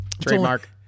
Trademark